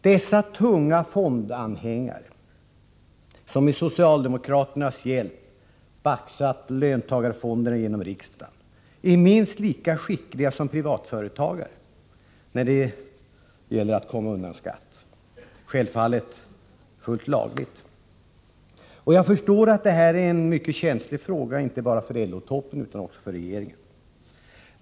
Dessa mäktiga fondanhängare, som med socialdemokraternas hjälp baxat löntagarfonderna genom riksdagen, är minst lika skickliga som privatföretagare när det gäller att komma undan skatt, självfallet fullt lagligt. Jag förstår att detta är en mycket känslig fråga, inte bara för LO-toppen utan också för regeringen.